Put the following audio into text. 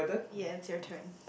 yes your turn